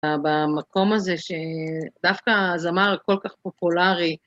במקום הזה שדווקא הזמר כל כך פופולרי.